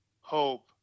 hope